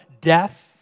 death